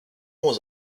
was